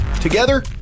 Together